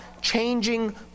changing